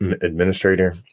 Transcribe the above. administrator